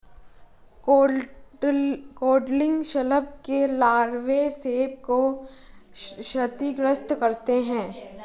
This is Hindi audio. कॉडलिंग शलभ के लार्वे सेब को क्षतिग्रस्त करते है